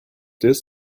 this